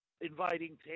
inviting